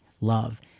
love